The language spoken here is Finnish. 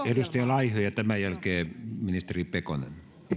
edustaja laiho ja tämän jälkeen ministeri pekonen